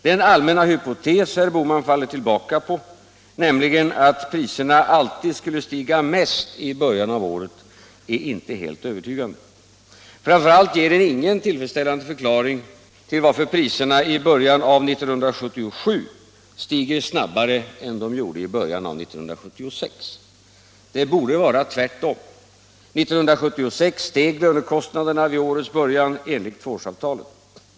Den allmänna hypotes som herr Bohman faller tillbaka på, nämligen att priserna alltid skulle stiga mest i början av året, är inte helt övertygande. Framför allt ger den ingen tillfredsställande förklaring till att priserna i början av 1977 stiger snabbare än de gjorde i början av 1976. Det borde vara tvärtom. 1976 steg lönekostnaderna vid årets början enligt tvåårsavtalet.